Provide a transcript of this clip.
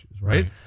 Right